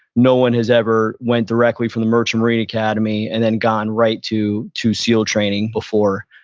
no one has ever went directly from the merchant marine academy and then gotten right to to seal training before.